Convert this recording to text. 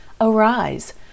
Arise